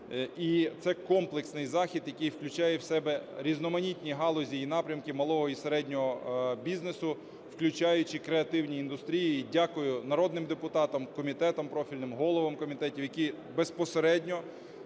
це комплексний захід, який включає в себе різноманітні галузі і напрямки малого і середнього бізнесу, включаючи креативні індустрії. І дякую народним депутатам, комітетам профільним, головам комітетів, які безпосередньо